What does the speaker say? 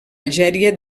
algèria